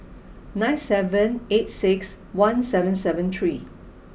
nine seven eight six one seven seven three